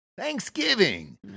Thanksgiving